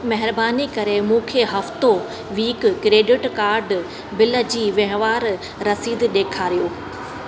महिरबानी करे मूंखे हफ़्तो वीक क्रेडिट कार्ड बिल जी वहिंवार रसीद ॾेखारियो